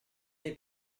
dei